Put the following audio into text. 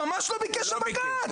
ממש לא ביקש הבג"צ.